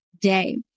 day